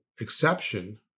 exception